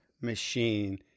machine